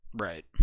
right